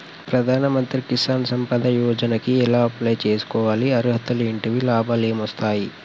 ప్రధాన మంత్రి కిసాన్ సంపద యోజన కి ఎలా అప్లయ్ చేసుకోవాలి? అర్హతలు ఏంటివి? లాభాలు ఏమొస్తాయి?